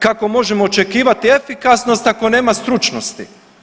Kako možemo očekivati efikasnost, ako nema stručnosti?